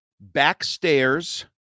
backstairs